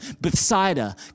Bethsaida